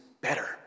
better